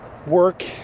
work